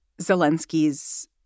Zelensky's